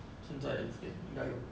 现在 is~ eh 应该有